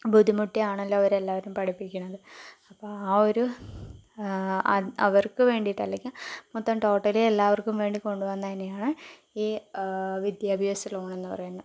ബുദ്ധിമുട്ടി ആണല്ലോ അവരെല്ലാവരും പഠിപ്പിക്കുന്നത് അപ്പോൾ ആ ഒരു അവർക്ക് വേണ്ടിയിട്ട് അല്ലെങ്കിൽ മൊത്തം ടോട്ടലി എല്ലാവർക്കും വേണ്ടി കൊണ്ടു വന്നതു തന്നെയാണ് ഈ വിദ്യാഭ്യാസ ലോൺ എന്ന് പറയുന്നത്